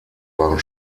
waren